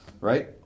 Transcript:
right